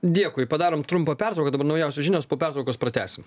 dėkui padarom trumpą pertrauką dabar naujausios žinios po pertraukos pratęsim